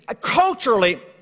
Culturally